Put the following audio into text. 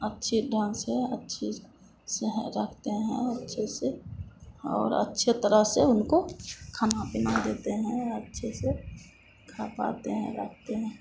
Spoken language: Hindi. अच्छे ढंग से अच्छी से हैं रखते हैं और अच्छे से और अच्छे तरह से उनको खाना पीना देते हैं अच्छे से खा पाते हैं रखते हैं